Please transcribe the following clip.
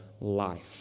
life